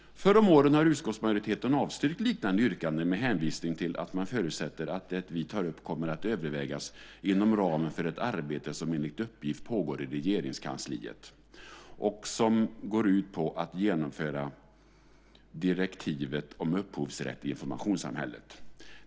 Förr om åren har utskottsmajoriteten avstyrkt liknande yrkanden med hänvisning till att man förutsätter att det vi tar upp kommer att övervägas inom ramen för ett arbete som enligt uppgift pågår i Regeringskansliet och som går ut på att genomföra direktivet om upphovsrätt i informationssamhället.